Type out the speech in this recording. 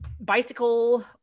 bicycle